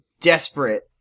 desperate